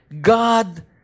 God